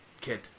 kid